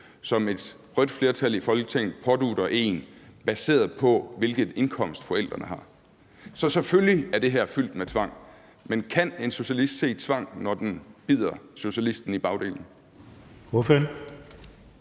som et rødt flertal i Folketinget pådutter en, baseret på, hvilken indkomst forældrene har. Så selvfølgelig er det her er fyldt med tvang, men kan en socialist se tvang, når den bider socialisten i bagdelen